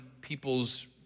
people's